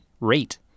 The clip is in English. rate